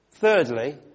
Thirdly